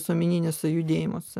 visuomeniniuose judėjimuose